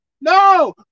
No